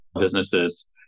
businesses